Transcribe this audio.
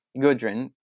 Gudrun